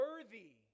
Worthy